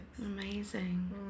amazing